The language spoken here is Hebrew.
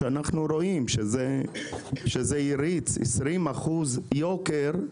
אנחנו רואים שזה הריץ 20% יוקר,